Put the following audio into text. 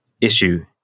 issue